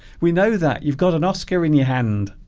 we know that you've got an oscar in your hand